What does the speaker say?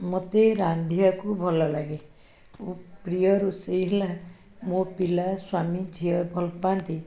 ମୋତେ ରାନ୍ଧିବାକୁ ଭଲଲାଗେ ମୋ ପ୍ରିୟ ରୋଷେଇ ହେଲା ମୋ ପିଲା ସ୍ୱାମୀ ଝିଅ ଭଲପାଆନ୍ତି